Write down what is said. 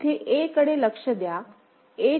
इथे A कडे लक्ष द्या